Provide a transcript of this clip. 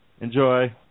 Enjoy